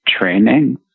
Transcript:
training